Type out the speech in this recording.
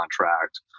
contract